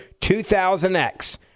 2000x